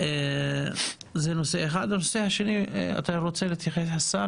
הנושא הזה יטופל בהמשך.